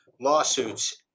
lawsuits